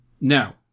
Now